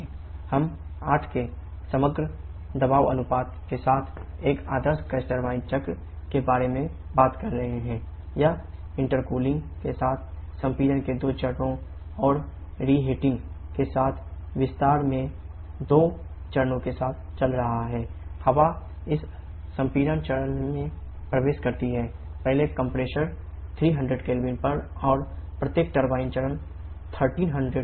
हम 8 के समग्र दबाव अनुपात के साथ एक आदर्श गैस टरबाइन चरण 1300 K पर